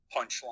punchline